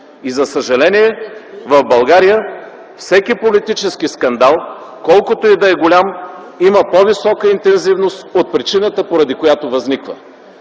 За съжаление в България всеки политически скандал, колкото и да е голям, има по-висока интензивност от причината, поради която възниква.